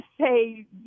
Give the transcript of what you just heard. say